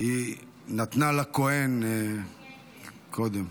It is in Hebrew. היא נתנה לכוהן קודם.